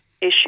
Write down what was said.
issue